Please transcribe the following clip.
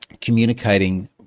communicating